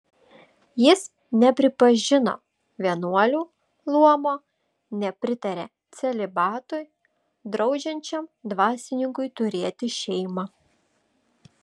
jis nepripažino vienuolių luomo nepritarė celibatui draudžiančiam dvasininkui turėti šeimą